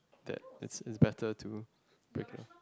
that it's it's better to break it off